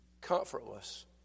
comfortless